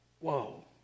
Whoa